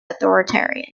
authoritarian